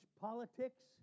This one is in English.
politics